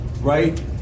right